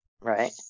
Right